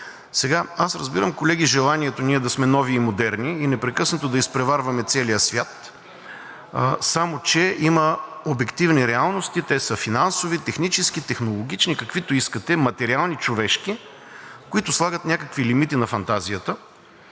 гласуване. Разбирам, колеги, желанието ние да сме нови, модерни и непрекъснато да изпреварваме целия свят, само че има обективни реалности – те са финансови, технически, технологични, каквито искате – материални, човешки, които слагат някакви лимити на фантазията.